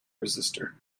resistor